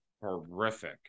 Horrific